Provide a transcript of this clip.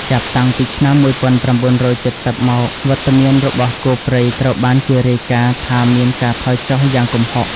ចាប់តាំងពីឆ្នាំ ១៩៧០ មក វត្តមានរបស់គោព្រៃត្រូវបានគេរាយការណ៍ថាមានការថយចុះយ៉ាងគំហុក។